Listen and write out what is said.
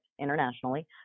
internationally